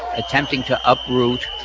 attempting to uproot